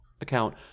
account